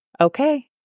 okay